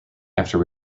after